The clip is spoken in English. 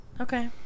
Okay